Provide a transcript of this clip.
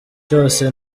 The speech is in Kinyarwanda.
cyose